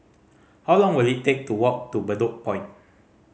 how long will it take to walk to Bedok Point